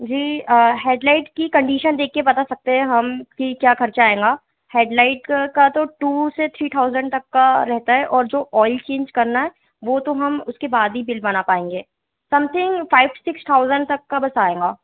जी head light की condition देख के बता सकते हैं हम कि क्या खर्चा आऍंगा हेड लाइट का तो टू से थ्री ठाउज़ेन्ड तक का रहता है और जो ऑइल चेंज करना है वो तो हम उसके बाद ही बिल बना पाएँगे समथिंग फ़ाइव सिक्स थाउज़ेंड तक का बस आएगा